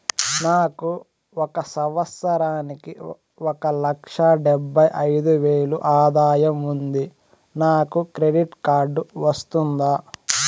నాకు ఒక సంవత్సరానికి ఒక లక్ష డెబ్బై అయిదు వేలు ఆదాయం ఉంది నాకు క్రెడిట్ కార్డు వస్తుందా?